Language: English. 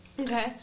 Okay